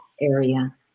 area